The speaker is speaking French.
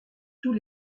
tous